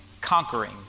conquering